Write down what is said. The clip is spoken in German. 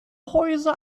häuser